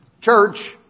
Church